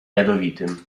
jadowitym